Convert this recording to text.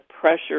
pressure